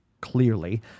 clearly